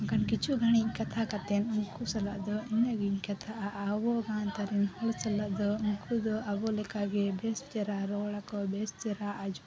ᱵᱟᱝᱠᱷᱟᱱ ᱠᱤᱪᱷᱩ ᱜᱷᱟᱹᱲᱤᱡ ᱠᱟᱛᱷᱟ ᱠᱟᱛᱮᱱ ᱩᱱᱠᱩ ᱥᱟᱞᱟᱜ ᱫᱚ ᱩᱱᱟᱹᱜ ᱜᱤᱧ ᱠᱟᱛᱷᱟᱜᱼᱟ ᱟᱵᱚ ᱜᱟᱶᱛᱟ ᱨᱮᱱ ᱦᱚᱲ ᱥᱟᱞᱟᱜ ᱫᱚ ᱩᱱᱠᱩ ᱫᱚ ᱟᱵᱚᱞᱮᱠᱟ ᱜᱮ ᱵᱮᱥ ᱪᱮᱦᱮᱨᱟ ᱨᱚᱲᱟᱠᱚ ᱵᱮᱥ ᱪᱮᱦᱮᱨᱟ ᱟᱡᱚ